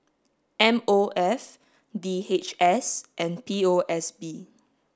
M O F D H S and P O S B